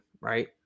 right